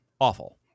awful